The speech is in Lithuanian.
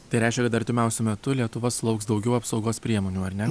tai reiškia kad artimiausiu metu lietuva sulauks daugiau apsaugos priemonių ar ne